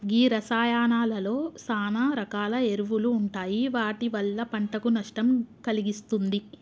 గీ రసాయానాలలో సాన రకాల ఎరువులు ఉంటాయి వాటి వల్ల పంటకు నష్టం కలిగిస్తుంది